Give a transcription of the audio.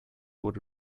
would